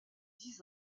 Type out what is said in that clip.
dix